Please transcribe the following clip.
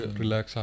relax